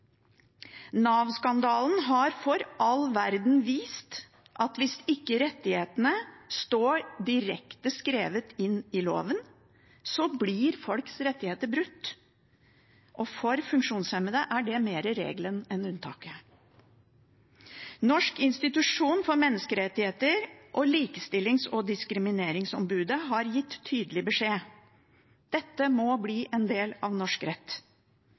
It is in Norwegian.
har for all verden vist at hvis ikke rettighetene står direkte skrevet inn i loven, blir folks rettigheter brutt, og for funksjonshemmede er det mer regelen enn unntaket. Norges institusjon for menneskerettigheter og Likestillings- og diskrimineringsombudet har gitt tydelig beskjed: Dette må bli en del av norsk rett.